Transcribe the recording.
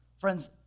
Friends